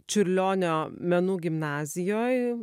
čiurlionio menų gimnazijoj